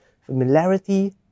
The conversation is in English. Familiarity